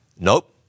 Nope